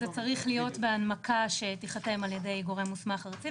זה צריך להיות בהנמקה שתיחתם על ידי גורם מוסמך ארצי,